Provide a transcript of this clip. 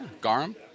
garum